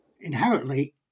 inherently